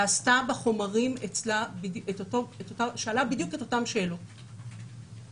ושאלה בחומרים שאצלה את אותן שאלות בדיוק.